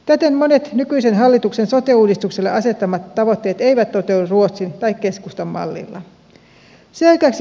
täten monet nykyisen hallituksen sote uudistukselle asettamat tavoitteet eivät toteudu ruotsin tai keskustan mallilla